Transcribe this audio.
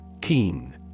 Keen